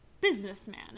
businessman